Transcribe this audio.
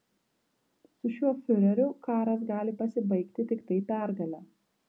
su šiuo fiureriu karas gali pasibaigti tiktai pergale